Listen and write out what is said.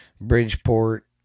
Bridgeport